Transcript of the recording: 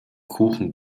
kuchen